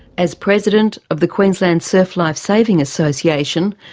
as president of the queensland surf life saving association,